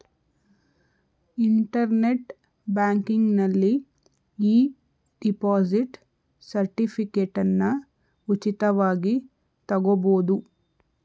internet ಬ್ಯಾಂಕಿಂಗ್ನಲ್ಲಿ e deposit ಸರ್ಟಿಫಿಕೇಟನ್ನ ಉಚಿತವಾಗಿ ತಗೊಬೋದು